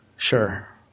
Sure